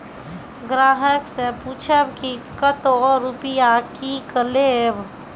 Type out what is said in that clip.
ग्राहक से पूछब की कतो रुपिया किकलेब?